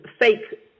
fake